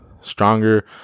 stronger